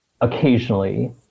occasionally